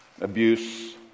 abuse